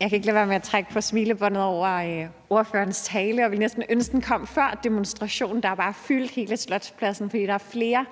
Jeg kan ikke lade være med at trække på smilebåndet over ordførerens tale og ville næsten ønske, den kom før demonstrationen, der bare fyldte hele Slotspladsen, for der er flere